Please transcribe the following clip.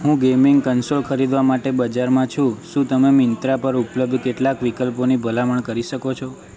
હું gaming console ખરીદવા માટે બજારમાં છું શું તમે મિન્ત્રા પર ઉપલબ્ધ કેટલાક વિકલ્પોની ભલામણ કરી શકો છો